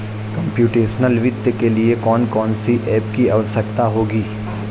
Computational वित्त के लिए कौन कौन सी एप की आवश्यकता होगी?